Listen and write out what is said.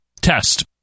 test